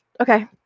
Okay